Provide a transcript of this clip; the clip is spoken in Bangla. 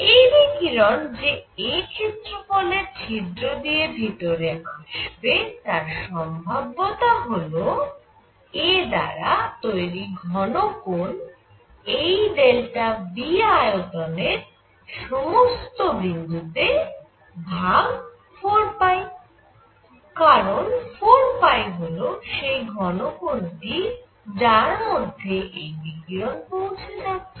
এই বিকিরণ যে a ক্ষেত্রফলের ছিদ্র দিয়ে ভিতরে আসবে তার সম্ভাব্যতা হল a দ্বারা তৈরি ঘন কোণ এই V আয়তনের সমস্ত বিন্দুতে ভাগ 4π কারণ 4π হল সেই ঘন কোণটি যার মধ্যে এই বিকিরণ পৌঁছে যাচ্ছে